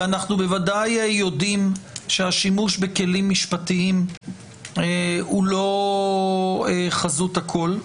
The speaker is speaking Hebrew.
אנחנו בוודאי יודעים שהשימוש בכלים משפטיים הוא לא חזות הכול,